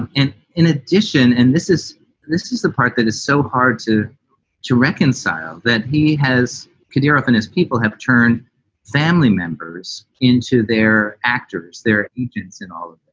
and in in addition and this is this is the part that is so hard to to reconcile that he has kadyrov and his people have turned family members into their actors, their agents and all of